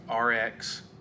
RX